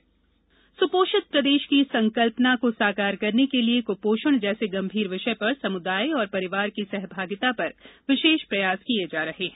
कुपोषण मदद सुपोषित प्रदेश की संकल्पना को साकार करने के लिए कुपोषण जैसे गंभीर विषय पर समुदाय एवं परिवार की सहभागिता पर विशेष प्रयास किए जा रहे हैं